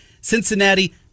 Cincinnati